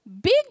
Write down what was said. big